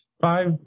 five